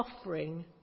offering